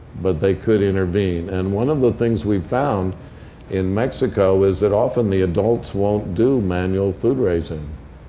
but they could intervene. and one of the things we found in mexico is that often, the adults won't do manual food-raising.